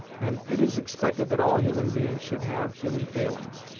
and it is expected that all human beings should have human failings.